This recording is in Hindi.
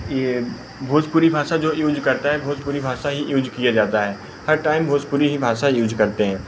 यह भोजपुरी भाषा जो यूज करता है भोजपुरी भाषा ही यूज किया जाता है हर टाइम भोजपुरी ही भाषा यूज करते हैं